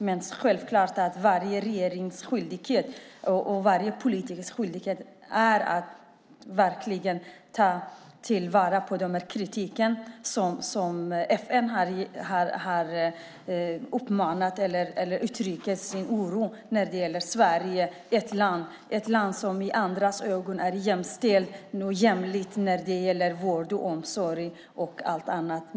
Det är självklart varje regerings och varje politikers skyldighet att verkligen ta till sig den kritik och den oro som FN har uttryckt när det gäller Sverige, ett land som i andras ögon är jämställt och jämlikt när det gäller vård och omsorg och allt annat.